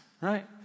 right